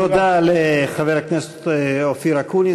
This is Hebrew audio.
תודה לחבר הכנסת אופיר אקוניס,